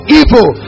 evil